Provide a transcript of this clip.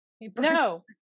no